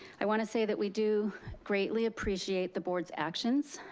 i want to say that we do greatly appreciate the board's actions.